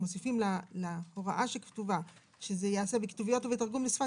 מוסיפים להוראה שכתובה שזה ייעשה בכתוביות ובתרגום לשפת